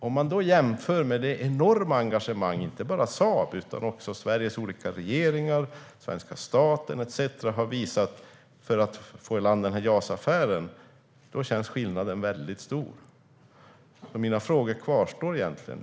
Om man jämför med det enorma engagemang som inte bara Saab utan också Sveriges olika regeringar, svenska staten etcetera har visat för att ro i land JAS-affären känns skillnaden väldigt stor. Mina frågor kvarstår.